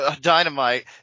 dynamite